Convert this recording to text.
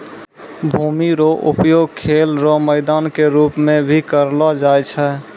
भूमि रो उपयोग खेल रो मैदान के रूप मे भी करलो जाय छै